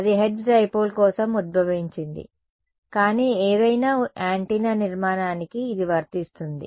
ఇది Hertz dipole కోసం ఉద్భవించింది కాని ఏదైనా యాంటెన్నా నిర్మాణానికి ఇది వర్తిస్తుంది